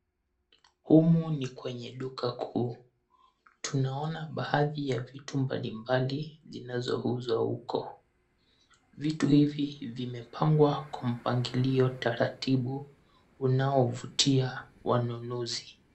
Humu ni kwenye duka kuu. Tunaona baadhi ya vitu mbalimbali zinazouzwa huko. Vitu hivi vimepangwa kwa mpangilio taratibu unaovutia wanunuzi.